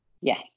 Yes